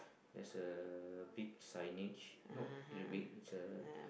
there's a beach signature not leaving each